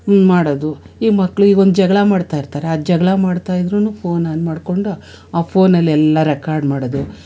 ಮಾಡೋದು ಈ ಮಕ್ಳಿಗೆ ಒಂದು ಜಗಳ ಮಾಡ್ತಾಯಿರ್ತಾರೆ ಆ ಜಗಳ ಮಾಡ್ತಾಯಿದ್ರೂ ಫೋನ್ ಆನ್ ಮಾಡ್ಕೊಂಡು ಆ ಫೋನಲ್ಲೆಲ್ಲ ರೆಕಾರ್ಡ್ ಮಾಡೋದು